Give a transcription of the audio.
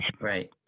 Right